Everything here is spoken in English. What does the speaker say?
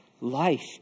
life